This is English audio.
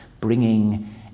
bringing